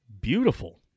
beautiful